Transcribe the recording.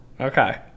Okay